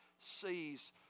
sees